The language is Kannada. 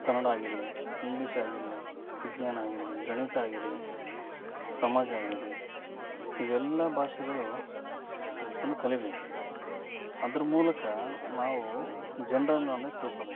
ಕನ್ನಡ ಆಗಿರಲಿ ಇಂಗ್ಲಿಷ್ ಆಗಿರಲಿ ವಿಜ್ಞಾನ ಆಗಿರಲಿ ಗಣಿತ ಆಗಿರಲಿ ಸಮಾಜ ಆಗಿರಲಿ ಇವೆಲ್ಲ ಭಾಷೆಗಳು ಒಂದು ಕಲಿಬೇಕು ಅದ್ರ ಮೂಲಕ ನಾವು ಜನ್ರಲ್ ನಾಲೆಜ್ ತಿಳ್ಕೊಬೇಕು